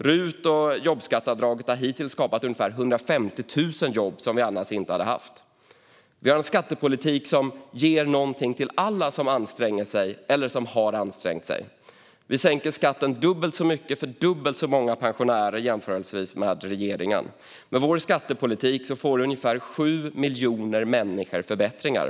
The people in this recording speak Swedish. RUT och jobbskatteavdraget har hittills skapat ungefär 150 000 jobb som vi annars inte skulle ha haft. Vi har en skattepolitik som ger något till alla som anstränger sig eller som har ansträngt sig. Vi sänker skatten dubbelt så mycket för dubbelt så många pensionärer jämfört med regeringen. Med vår skattepolitik får ungefär 7 miljoner människor förbättringar.